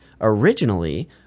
originally